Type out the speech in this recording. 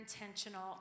intentional